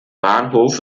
bahnhof